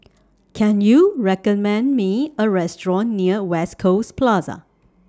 Can YOU recommend Me A Restaurant near West Coast Plaza